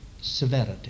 severity